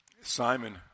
Simon